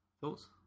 Thoughts